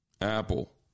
Apple